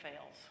fails